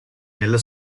nella